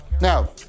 Now